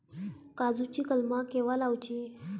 काजुची कलमा केव्हा लावची?